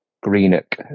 Greenock